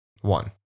one